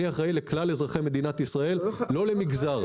אני אחראי לכלל אזרחי מדינת ישראל, לא למגזר.